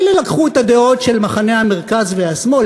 מילא לקחו את הדעות של מחנה המרכז והשמאל,